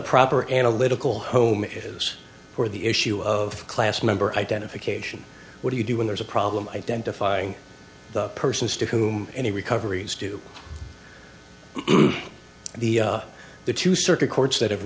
proper analytical home is or the issue of class member identification what do you do when there's a problem identifying the persons to whom any recovery is due the the two circuit courts that have